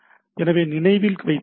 எனவே நினைவில் வைத்துக் கொள்ளுங்கள்